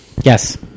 Yes